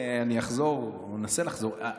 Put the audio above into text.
ננסה לחזור,